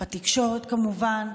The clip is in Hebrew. בתקשורת, כמובן,